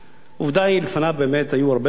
עובדה היא שלפניו היו באמת הרבה ממשלות,